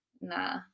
nah